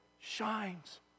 shines